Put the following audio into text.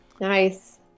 nice